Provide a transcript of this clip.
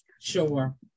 Sure